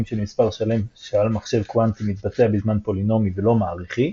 של מספר שלם שעל מחשב קוונטי מתבצע בזמן פולינומי ולא מעריכי,